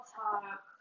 talk